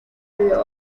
río